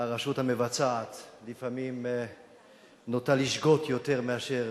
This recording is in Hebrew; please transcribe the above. הרשות המבצעת לפעמים נוטה לשגות יותר מאשר